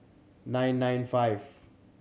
nine nine five